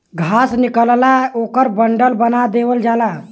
घास निकलेला ओकर बंडल बना देवल जाला